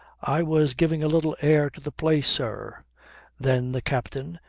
i was giving a little air to the place, sir then the captain,